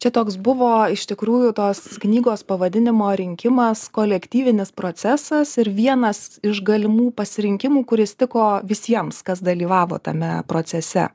čia toks buvo iš tikrųjų tos knygos pavadinimo rinkimas kolektyvinis procesas ir vienas iš galimų pasirinkimų kuris tiko visiems kas dalyvavo tame procese